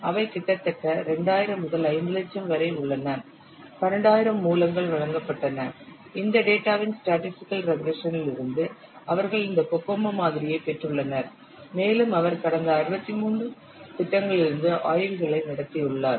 அவை கிட்டத்தட்ட 2000 முதல் 5 லட்சம் வரை உள்ளன 12000 மூலங்கள் வழங்கப்பட்டன இந்தத் டேட்டாவின் ஸ்டேடிஸ்டிக்கல் ரெக்ரேஷன்லிருந்து அவர்கள் இந்த கோகோமோ மாதிரியைப் பெற்றுள்ளனர் மேலும் அவர் கடந்த 63 திட்டங்களிலிருந்து ஆய்வுகளை நடத்தியுள்ளார்